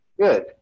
Good